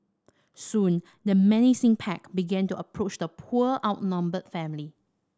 soon the menacing pack began to approach the poor outnumbered family